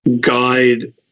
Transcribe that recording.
guide